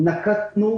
אנחנו נקטנו,